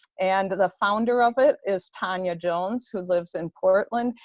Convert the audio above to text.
and the founder of it is tonya jones who lives in portland,